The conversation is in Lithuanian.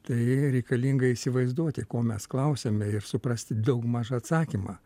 tai reikalinga įsivaizduoti ko mes klausiame ir suprasti daugmaž atsakymą